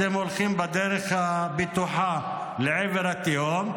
אתם הולכים בדרך הבטוחה לעבר התהום.